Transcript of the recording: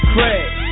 Craig